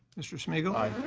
mr. smigiel. aye.